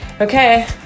Okay